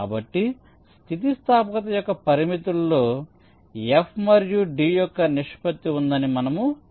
కాబట్టి స్థితిస్థాపకత యొక్క పరిమితుల్లో F మరియు d యొక్క నిష్పత్తి ఉందని మనము చెబుతాము